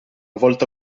volta